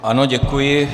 Ano, děkuji.